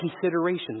considerations